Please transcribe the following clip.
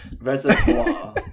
reservoir